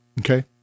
okay